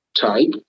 type